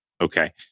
Okay